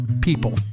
people